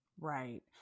Right